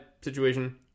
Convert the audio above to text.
situation